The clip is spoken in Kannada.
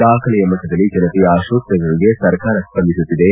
ದಾಖಲೆಯ ಮಟ್ಟದಲ್ಲಿ ಜನತೆಯ ಆಶೋತ್ತರಗಳಿಗೆ ಸರ್ಕಾರ ಸ್ಪಂದಿಸುತ್ತಿದೆ